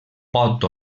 pot